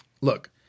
look